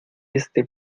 este